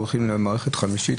והולכים למערכת חמישית.